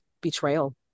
betrayal